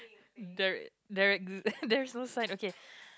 there there there's no sign okay